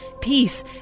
peace